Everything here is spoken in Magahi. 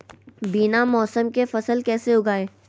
बिना मौसम के फसल कैसे उगाएं?